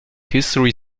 history